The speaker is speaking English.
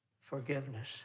forgiveness